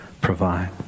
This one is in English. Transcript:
provide